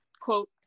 quote